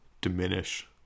diminish